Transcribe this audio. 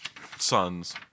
sons